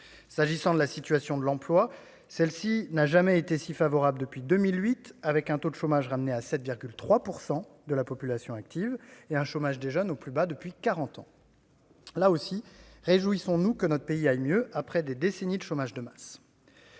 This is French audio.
S'agissant de la situation de l'emploi, celle-ci n'a jamais été si favorable depuis 2008, avec un taux de chômage ramené à 7,3 % de la population active et un chômage des jeunes au plus bas depuis quarante ans. Là aussi, réjouissons-nous que notre pays aille mieux, après des décennies de chômage de masse.